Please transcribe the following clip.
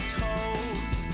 toes